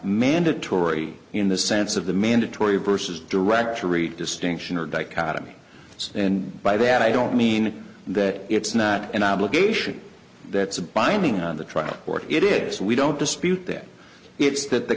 mandatory in the sense of the mandatory versus directory distinction or dichotomy in by that i don't mean that it's not an obligation that's a binding on the trial court it is we don't dispute that it's that the